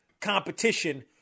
competition